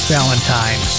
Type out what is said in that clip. Valentine